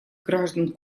граждан